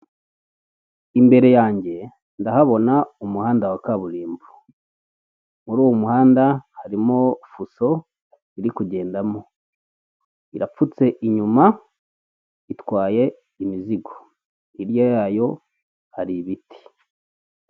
Imbere yanjye ndahabona umuhanda wa kaburimbo, muri uwo muhanda harimo fuso iri kugendamo, irapfutse inyuma itwaye imizigo hirya yayo hari ibiti.